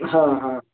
हां हां